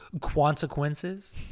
consequences